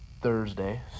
Thursday